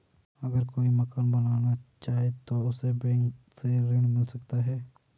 अगर कोई मकान बनाना चाहे तो उसे बैंक से ऋण मिल सकता है?